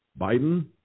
Biden